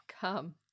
come